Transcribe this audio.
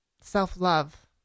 self-love